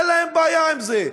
אין להם בעיה עם זה.